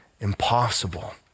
impossible